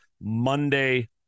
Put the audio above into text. Monday